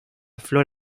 flor